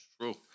true